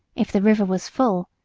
if the river was full,